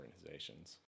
organizations